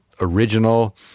original